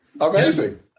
Amazing